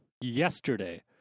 yesterday